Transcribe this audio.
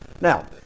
Now